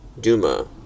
Duma